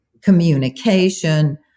communication